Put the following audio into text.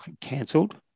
cancelled